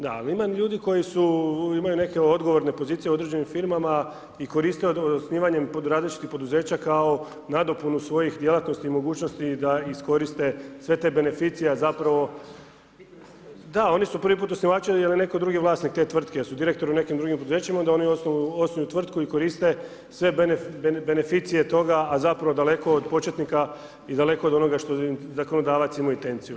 Da, ali ima ljudi koji su, imaju neke odgovorne pozicije u određenim firmama i koriste osnivanjem različitih poduzeća kao nadopunu svojih djelatnosti i mogućnosti da iskoriste sve te beneficije a zapravo. … [[Upadica se ne čuje.]] Da, oni su prvi put osnivači jer je netko drugi vlasnik te tvrtke jer su direktori u nekim drugim poduzećima i onda oni osnuju tvrtku i koriste sve beneficije toga a zapravo daleko od početnika i daleko od onoga što zakonodavac ima intenciju.